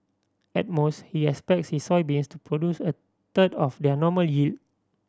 at most he expects his soybeans to produce a third of their normal yield